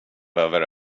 behöver